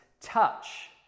touch